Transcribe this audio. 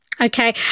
Okay